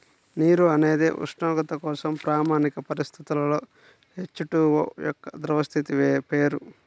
నీరు అనేది ఉష్ణోగ్రత కోసం ప్రామాణిక పరిస్థితులలో హెచ్.టు.ఓ యొక్క ద్రవ స్థితి పేరు